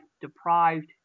deprived